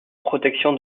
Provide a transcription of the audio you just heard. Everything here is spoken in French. protection